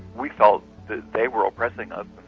we felt they they were oppressing us,